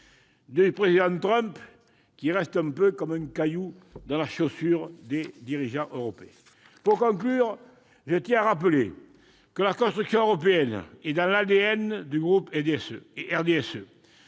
du Président Trump, qui reste un peu comme un caillou dans la chaussure des dirigeants européens ! Pour conclure, je tiens à rappeler que la construction européenne est dans l'ADN du groupe du RDSE.